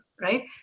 right